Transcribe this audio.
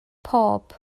pob